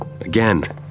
Again